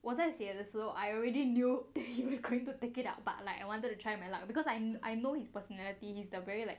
我在写的时候 I already knew that he was going to take it out but like I wanted to try my luck because I'm I know his personality is the very like